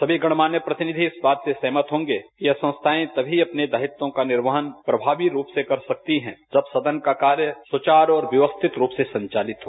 समी गणमान्य प्रतिनिधि इस बात से सहमत होगे कि यह संस्थाएं तमी अपने दायित्व का निर्वहन प्रभावी रूप से कर सकती है जब संसद का कार्य सुचार और व्यवस्थित रूप से संचालित हो